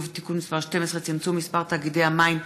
(תיקון מס' 12) (צמצום מספר תאגידי המים והביוב),